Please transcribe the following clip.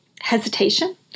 hesitation